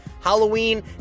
Halloween